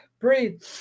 Breathe